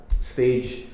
stage